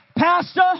Pastor